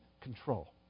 control